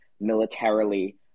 militarily